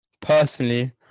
Personally